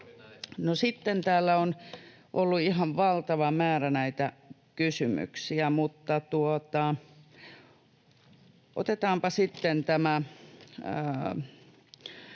No, täällä on ollut ihan valtava määrä näitä kysymyksiä, mutta otetaanpa tämä